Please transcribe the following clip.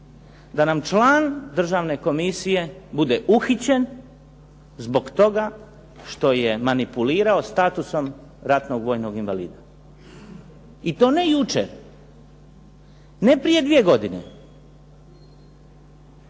da nam član Državne komisije bude uhićen zbog toga što je manipulirao statusom ratnog vojnog invalida. I to ne jučer, ne prije dvije godine.